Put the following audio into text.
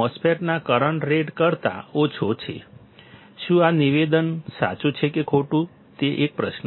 MOSFET ના current rate કરતા ઓછો છે શું આ નિવેદન સાચું છે કે ખોટું તે એક પ્રશ્ન છે